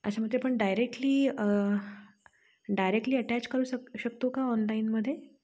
अच्छा मग ते पण डायरेक्टली डायरेक्टली अटॅच करू शक शकतो का ऑनलाईनमध्ये